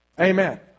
Amen